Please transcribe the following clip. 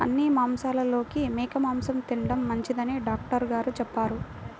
అన్ని మాంసాలలోకి మేక మాసం తిండం మంచిదని డాక్టర్ గారు చెప్పారు